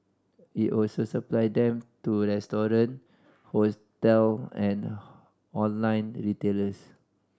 it also supply them to hotel and online retailers